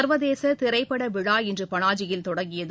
சர்வதேச திரைப்பட விழா இன்று பனாஜியில் தொடங்கியது